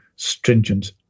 stringent